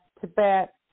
Tibet